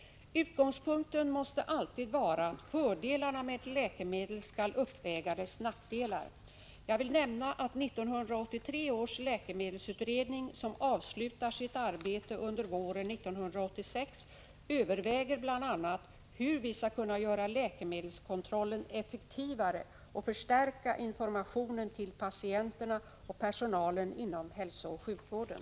Utgångspunkten måste alltid vara att fördelarna med ett läkemedel skall uppväga dess nackdelar. Jag vill nämna att 1983 års läkemedelsutredning, som avslutar sitt arbete under våren 1986, överväger bl.a. hur vi skall kunna göra läkemedelskontrollen effektivare och förstärka informationen till patienterna och personalen inom hälsooch sjukvården.